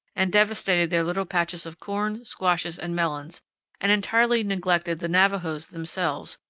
and devastated their little patches of corn, squashes, and melons and entirely neglected the navajos themselves,